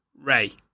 Ray